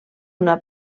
una